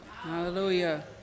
Hallelujah